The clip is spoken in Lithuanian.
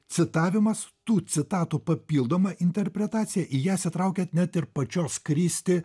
citavimas tų citatų papildoma interpretacija į jas įtraukiant net ir pačios kristi